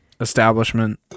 Establishment